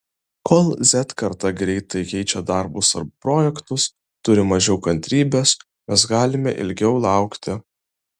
kol z karta greitai keičia darbus ar projektus turi mažiau kantrybės mes galime ilgiau laukti